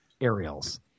aerials